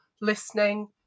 listening